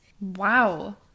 Wow